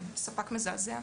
ספק מזעזע,